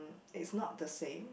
it's not the same